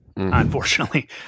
unfortunately